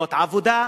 פינות עבודה.